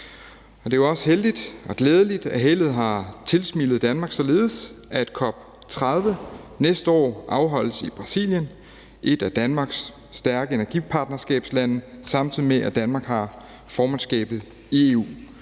Det er også heldigt og glædeligt, at heldet har tilsmilet Danmark således, at COP 30 næste år afholdes i Brasilien, et af Danmarks stærke energipartnerskabslande, samtidig med at Danmark har formandskabet i EU.